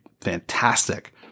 fantastic